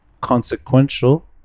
consequential